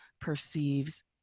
perceives